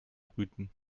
brüten